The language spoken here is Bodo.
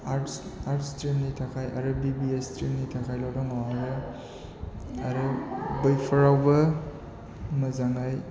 आर्ट्स आर्ट्स स्ट्रिमनि थाखाय आरो बि बि ए स्ट्रिमनि थाखायल' दङ आरो बैफोरावबो मोजाङै